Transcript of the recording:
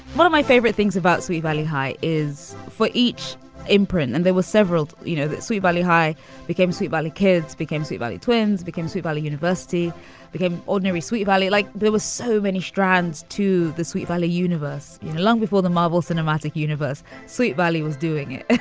one of my favorite things about sweet valley high is for each imprint. and there were several, you know, that sweet valley high became sweet valley kids, became sea valley twins. becames who valley university became ordinary sweet valley. like there were so many strands to the sweet valley universe long before the marvel cinematic universe sweet valley was doing it.